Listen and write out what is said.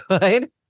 good